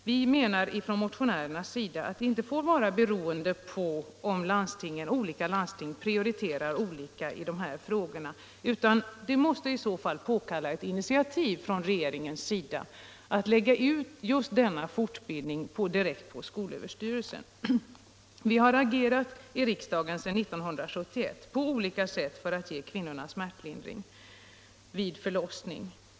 Vi motionärer menar att detta inte får vara beroende på om olika landsting prioriterar olika i de här frågorna, utan det måste i så fall påkalla ett initiativ från regeringens sida att lägga ut just denna fortbildning direkt på skolöver Vi har på olika sätt agerat i riksdagen sedan 1971 för att ge kvinnorna smärtlindring vid förlossning.